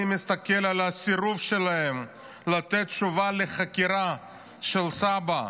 אני מסתכל על הסירוב שלהם לתת תשובה לחקירה של סבא"א,